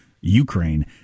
Ukraine